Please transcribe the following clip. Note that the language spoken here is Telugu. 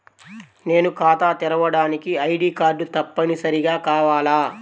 నేను ఖాతా తెరవడానికి ఐ.డీ కార్డు తప్పనిసారిగా కావాలా?